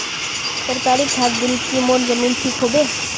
सरकारी खाद दिल की मोर जमीन ठीक होबे?